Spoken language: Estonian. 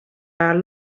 ajal